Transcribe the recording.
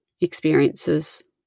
experiences